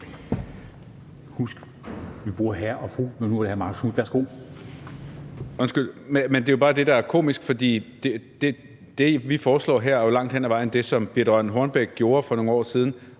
Husk, at vi bruger hr. og fru. Men nu er det hr. Marcus